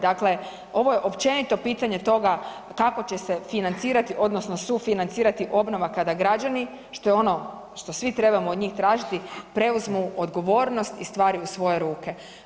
Dakle, ovo je općenito pitanje toga kako će se financirati odnosno sufinancirati obnova kada građani, što je ono što svi trebamo od njih tražiti, preuzmu odgovornost i stvari u svoje ruke.